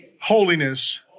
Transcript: Holiness